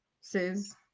says